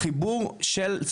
החיבור של,